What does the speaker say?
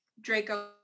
Draco